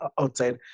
outside